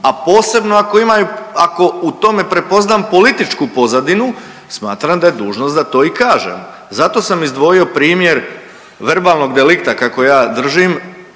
a posebno ako u tome prepoznam političku pozadinu, smatram da je dužnost da to i kažem. Zato sam izdvojio primjer verbalnog delikta kako ja držim